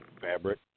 fabric